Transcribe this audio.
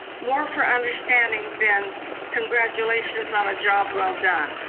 more for understanding than congratulations on a job well done.